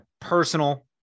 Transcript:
personal